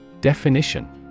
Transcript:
Definition